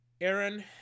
Aaron